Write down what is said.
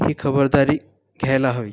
ही खबरदारी घ्यायला हवी